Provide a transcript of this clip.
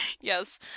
Yes